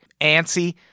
antsy